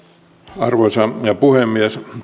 arvoisa puhemies